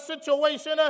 situation